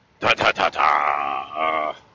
Ta-ta-ta-ta